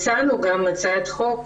הצענו הצעת חוק